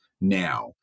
now